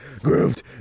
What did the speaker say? grooved